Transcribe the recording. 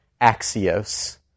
axios